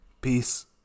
Peace